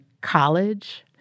college